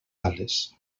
ales